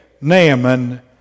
Naaman